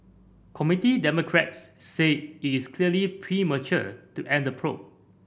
Committee Democrats say it is clearly premature to end the probe